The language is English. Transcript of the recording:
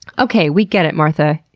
okay. we get it, martha.